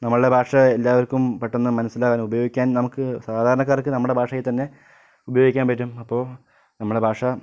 നമ്മളുടെ ഭാഷ എല്ലാവർക്കും പെട്ടന്ന് മനസ്സിലാക്കാനും ഉപയോഗിക്കാൻ നമുക്ക് സാധാരണക്കാർക്ക് നമ്മുടെ ഭാഷയിൽ തന്നെ ഉപയോഗിക്കാൻ പറ്റും അപ്പോൾ നമ്മുടെ ഭാഷ